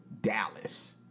Dallas